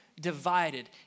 divided